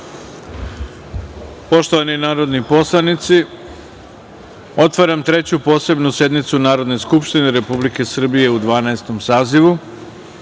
poštovani narodni poslanici, otvaram Treću posebnu sednicu Narodne skupštine Republike Srbije u Dvanaestom